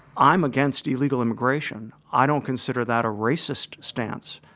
i'm against illegal immigration. i don't consider that a racist stance.